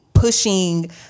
Pushing